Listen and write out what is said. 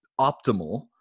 optimal